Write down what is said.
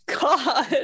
God